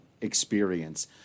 experience